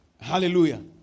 Hallelujah